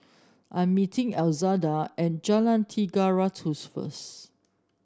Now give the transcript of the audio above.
I'm meeting Elzada at Jalan Tiga Ratus first